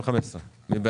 214,215, מי נגד?